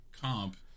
comp